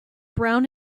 brown